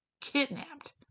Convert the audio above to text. kidnapped